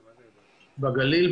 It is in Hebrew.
בגליל,